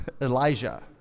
Elijah